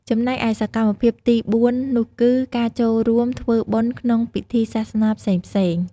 ចំណែកឯសកម្មភាពទីបួណនោះគឺ កាចូលរួមធ្វើបុណ្យក្នុងពិធីសាសនាផ្សេងៗ។